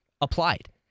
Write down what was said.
applied